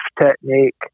technique